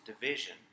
division